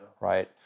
right